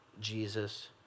Jesus